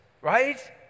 right